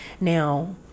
Now